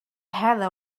heather